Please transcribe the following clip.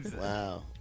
Wow